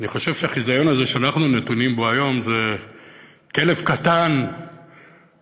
אני חושב שהחיזיון הזה שאנחנו נתונים בו היום זה כלב קטן לעומת,